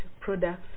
products